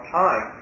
time